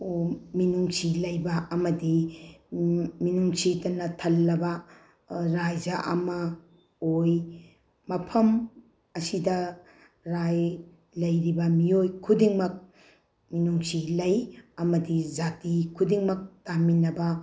ꯃꯤꯅꯨꯡꯁꯤ ꯂꯩꯕ ꯑꯃꯗꯤ ꯃꯤꯅꯨꯡꯁꯤꯇꯅ ꯊꯜꯂꯕ ꯔꯥꯏꯖ ꯑꯃ ꯑꯣꯏ ꯃꯐꯝ ꯑꯁꯤꯗ ꯔꯥꯏ ꯂꯩꯔꯤꯕ ꯃꯤꯑꯣꯏ ꯈꯨꯗꯤꯡꯃꯛ ꯃꯤꯅꯨꯡꯁꯤ ꯂꯩ ꯑꯃꯗꯤ ꯖꯥꯇꯤ ꯈꯨꯗꯤꯡꯃꯛ ꯇꯥꯃꯤꯟꯅꯕ